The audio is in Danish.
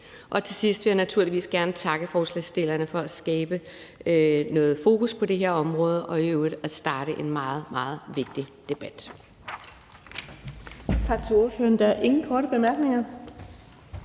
Til sidst vil jeg naturligvis gerne takke forslagsstillerne for at skabe noget fokus på det her område og i øvrigt starte en meget, meget vigtig debat.